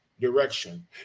direction